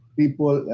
people